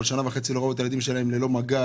אבל שנה וחצי הם לא ראו את הילדים ללא מגע,